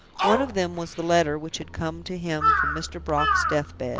one of them was the letter which had come to him from mr. brock's death-bed.